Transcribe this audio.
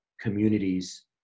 communities